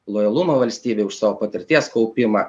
lojalumą valstybei už savo patirties kaupimą